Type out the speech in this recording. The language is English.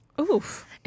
Oof